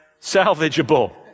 salvageable